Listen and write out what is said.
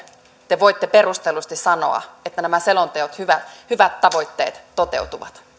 te voitte perustellusti sanoa että nämä selonteon hyvät tavoitteet toteutuvat